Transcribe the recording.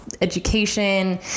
education